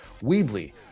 Weebly